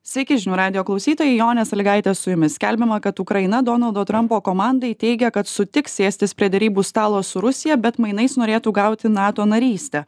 sveiki žinių radijo klausytojai jonė salygaitė su jumis skelbiama kad ukraina donaldo trampo komandai teigė kad sutiks sėstis prie derybų stalo su rusija bet mainais norėtų gauti nato narystę